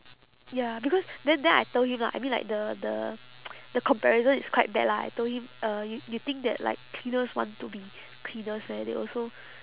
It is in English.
ya because then then I told him lah I mean like the the the comparison is quite bad lah I told him uh you you think that like cleaners want to be cleaners meh they also